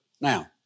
Now